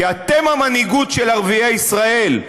כי אתם המנהיגות של ערביי ישראל.